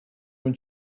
when